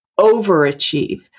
overachieve